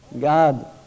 God